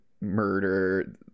murder